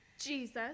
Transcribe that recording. Jesus